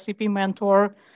mentor